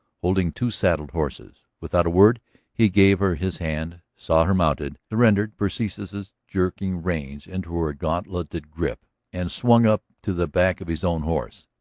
holding two saddled horses. without a word he gave her his hand, saw her mounted, surrendered persis's jerking reins into her gauntletted grip and swung up to the back of his own horse.